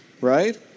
right